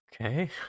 Okay